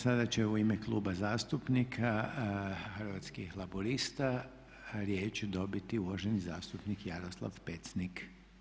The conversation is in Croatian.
Sada će u ime Kluba zastupnika Hrvatskih laburista riječ dobiti uvaženi zastupnik Jaroslav Pecnik.